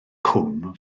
cwm